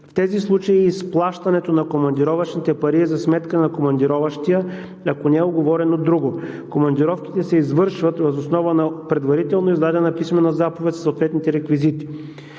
В тези случаи изплащането на командировъчните пари са за сметка на командироващия, ако не е уговорено друго. Командировките се извършват въз основа на предварително издадена писмена заповед със съответните реквизити.